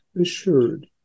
assured